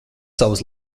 savas